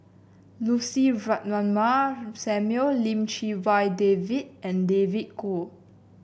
Lucy Ratnammah Samuel Lim Chee Wai David and David Kwo